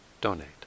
donate